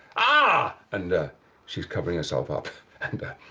ah! and she's covering herself up. and